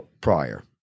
prior